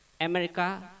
America